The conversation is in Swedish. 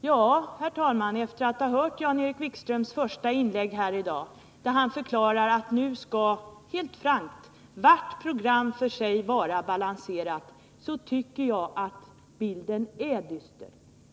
Ja, herr talman, efter att ha hört Jan-Erik Wikströms första inlägg i dag, där han förklarar helt frankt att varje program för sig skall balanseras, så tycker jag att bilden verkligen är dyster.